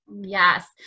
yes